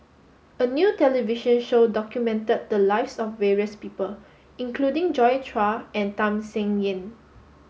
a new television show documented the lives of various people including Joi Chua and Tham Sien Yen